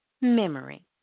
memory